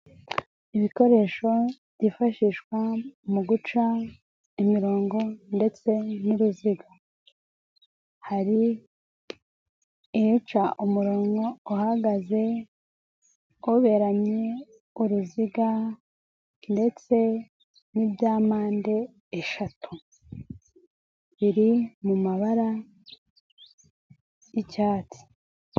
Ibikoresho byifashishwa mu guca imirongo ndetse n'uruziga, hari iyica umurongo uhagaze, uberanye, uruziga ndetse n'ibya mpande eshatu, biri mu mabara y'icyatsi.